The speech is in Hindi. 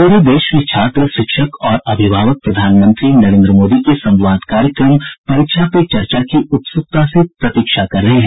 प्ररे देश में छात्र शिक्षक और अभिभावक प्रधानमंत्री नरेन्द्र मोदी के संवाद कार्यक्रम परीक्षा पे चर्चा की उत्सुकता से प्रतीक्षा कर रहे हैं